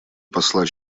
посла